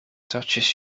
touches